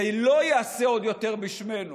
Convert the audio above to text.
זה לא ייעשה עוד יותר בשמנו